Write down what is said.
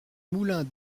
moulins